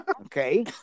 Okay